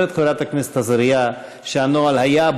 אומרת חברת הכנסת עזריה שהנוהל היה,